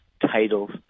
titles